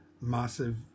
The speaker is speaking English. massive